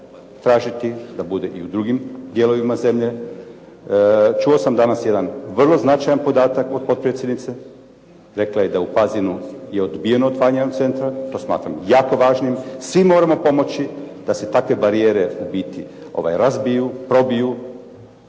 tražiti da bude i u drugim dijelovima zemlje? Čuo sam danas jedan vrlo značajan podatak od potpredsjednice. Rekla je da je u Pazinu odbijeno otvaranje centra. To smatram jako važnim. Svi moramo pomoći da se takve barijere razbiju, probiju.